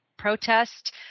protest